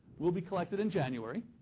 will be collected in january.